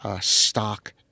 stock